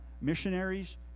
missionaries